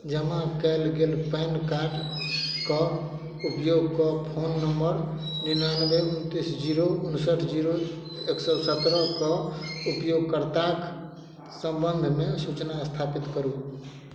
जमा कयल गेल पैन कार्डके उपयोग कऽ फोन नंबर निनाबे उनतीस जीरो उनसठ जीरो एक सए सतरहके उपयोगकर्ताक संबंधमे सूचना स्थापित करू